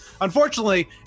Unfortunately